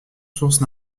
source